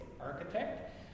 Architect